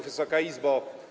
Wysoka Izbo!